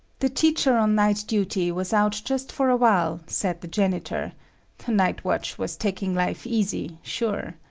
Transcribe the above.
the teacher on night-duty was out just for a while, said the janitor the night-watch was taking life easy, sure.